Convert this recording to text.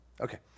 Okay